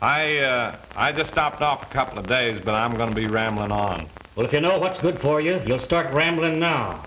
i i just stopped off a couple of days but i'm going to be rambling on but if you know what's good for you you'll start rambling now